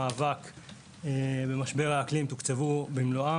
המועד המאוד קשיח מביא לפשיטת רגל של מתקנים.